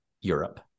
Europe